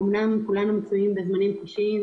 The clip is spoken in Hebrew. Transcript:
אומנם כולנו נמצאים בזמנים קשים,